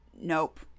Nope